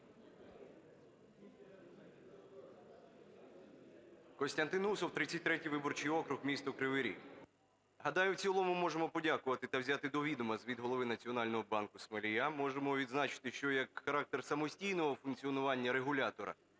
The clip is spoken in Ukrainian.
Костянтин Усов, 33 виборчий округ, місто Кривий Ріг. Гадаю, в цілому можемо подякувати та взяти до відома звіт Голови Національного банку Смолія. Можемо відзначити, що як характер самостійного функціонування регулятора,